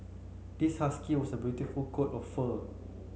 this husky was a beautiful coat of fur